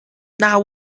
now